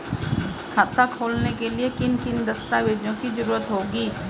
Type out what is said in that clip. खाता खोलने के लिए किन किन दस्तावेजों की जरूरत होगी?